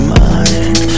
mind